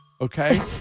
okay